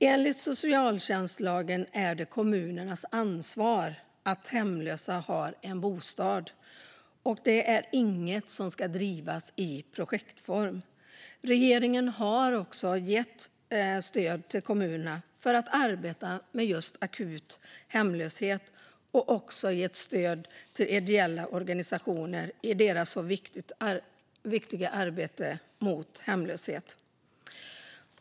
Enligt socialtjänstlagen är det kommunernas ansvar att hemlösa har en bostad. Det är inte något som ska drivas i projektform. Regeringen har gett stöd till kommunerna för att arbeta med akut hemlöshet och också gett stöd till ideella organisationer i deras viktiga arbete mot hemlöshet.